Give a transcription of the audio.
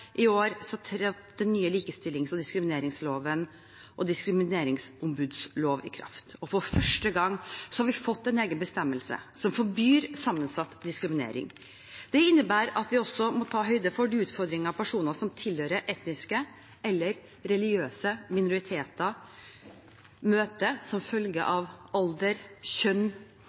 i år trådte den nye likestillings- og diskrimineringsloven og diskrimineringsombudsloven i kraft. For første gang har vi fått en egen bestemmelse som forbyr sammensatt diskriminering. Det innebærer at vi også må ta høyde for de utfordringene personer som tilhører etniske eller religiøse minoriteter, møter som følge av alder, kjønn,